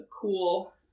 cool